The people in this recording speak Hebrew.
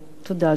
תודה, אדוני.